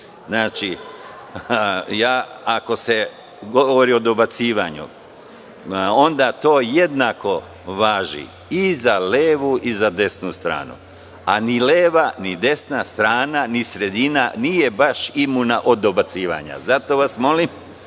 opomene. Ako se govori o dobacivanju onda to jednako važi i za levu i za desnu stranu, a ni leva, ni desna strana, ni sredina nije baš imuna od dobacivanja, zato vas molim